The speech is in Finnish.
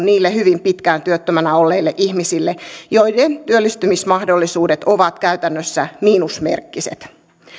niille hyvin pitkään työttömänä olleille ihmisille joiden työllistymismahdollisuudet ovat käytännössä miinusmerkkiset